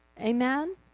Amen